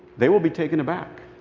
they will be taken aback.